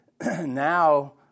now